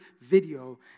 video